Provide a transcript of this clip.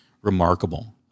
remarkable